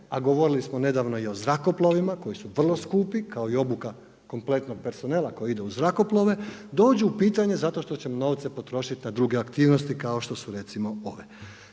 a govorilo smo nedavno i o zrakoplovima, koji su vrlo skupi, kao i obuka kompletnog personela koji ide uz zrakoplove, dođu u pitanje zašto što će novce potrošiti na druge aktivnosti kao što su recimo ove.